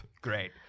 Great